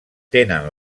tenen